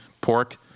pork